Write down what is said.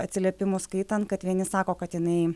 atsiliepimus skaitant kad vieni sako kad jinai